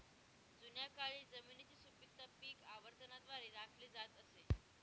जुन्या काळी जमिनीची सुपीकता पीक आवर्तनाद्वारे राखली जात असे